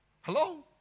Hello